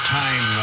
time